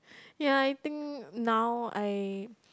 ya I think now I